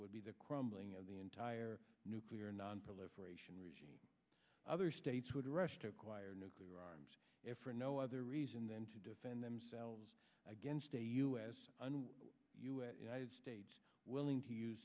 would be the crumbling of the entire nuclear nonproliferation regime other states would rush to acquire nuclear arms if for no other reason than to defend themselves against a us and us united states willing to use